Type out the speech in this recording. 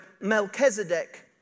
Melchizedek